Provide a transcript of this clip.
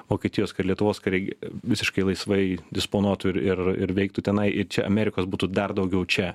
vokietijos kad lietuvos kariai visiškai laisvai disponuotų ir ir ir veiktų tenai į čia amerikos būtų dar daugiau čia